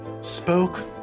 spoke